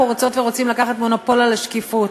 רוצות ורוצים לקחת מונופול על השקיפות.